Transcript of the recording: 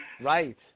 Right